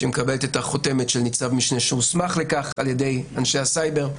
שמקבלת את החותמת של ניצב-משנה שהוסמך לכך ע"י אנשי הסייבר,